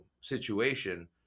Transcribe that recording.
situation